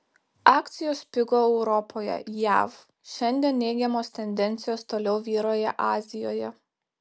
akcijos pigo europoje jav šiandien neigiamos tendencijos toliau vyrauja azijoje